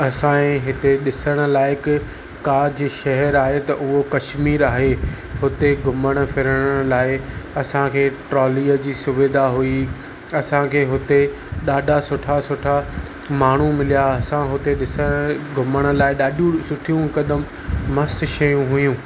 असांजे हिते ॾिसणु लाइक़ु कोई जो शहरु आहे त उहो कश्मीर आहे हुते घुमणु फिरण लाइ असांखे ट्रोलीअ जी सुविधा हुई असांखे हुते ॾाढा सुठा सुठा माण्हू मिलिया असां हुते ॾिसणु घुमण लाइ ॾाढियूं सुठियूं हिकदमि मस्तु शयूं हुयूं